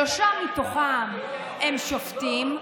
שלושה מהם שופטים,